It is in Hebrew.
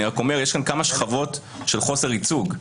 אני רק אומר, יש כאן כמה שכבות של חוסר ייצוג.